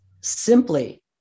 simply